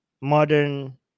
modern